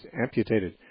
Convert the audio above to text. amputated